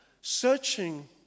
searching